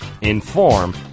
inform